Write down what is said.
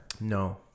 No